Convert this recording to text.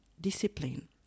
discipline